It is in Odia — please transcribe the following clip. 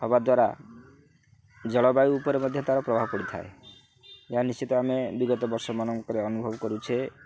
ହବା ଦ୍ୱାରା ଜଳବାୟୁ ଉପରେ ମଧ୍ୟ ତା'ର ପ୍ରଭାବ ପଡ଼ିଥାଏ ଏହା ନିଶ୍ଚିତ ଆମେ ବିଗତ ବର୍ଷ ମାନଙ୍କରେ ଅନୁଭବ କରୁଛେ